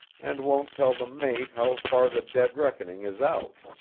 and won't tell the mate how far the dead reckoning is out.